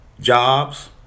jobs